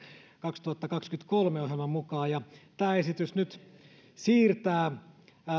kaksituhattakaksikymmentäkolme ohjelman mukaan tämä esitys nyt siirtää